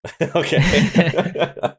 Okay